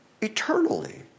eternally